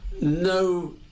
No